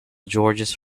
georges